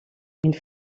une